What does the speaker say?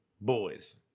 Boys